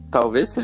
Talvez